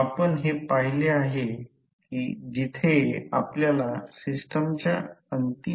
जर I कमी केले तर ∅ कमी होईल I वाढला तर∅ वाढेल